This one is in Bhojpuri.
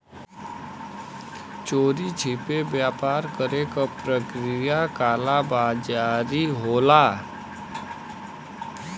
चोरी छिपे व्यापार करे क प्रक्रिया कालाबाज़ारी होला